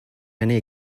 many